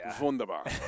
wunderbar